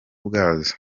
bwazo